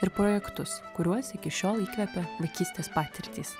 ir projektus kuriuos iki šiol įkvepia vaikystės patirtys